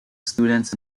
students